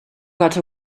got